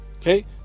okay